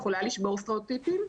יכולה לשבור סטריאוטיפים.